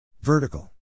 vertical